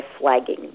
flagging